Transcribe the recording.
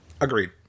Agreed